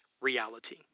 reality